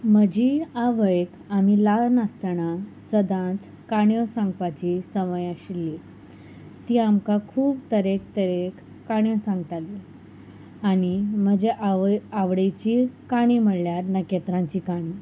म्हजी आवयक आमी ल्हान आसतना सदांच काणयो सांगपाची संवय आशिल्ली ती आमकां खूब तरेक तरेक काणयो सांगताली आनी म्हज्या आवय आवडीची काणी म्हणल्यार नखेत्रांची काणी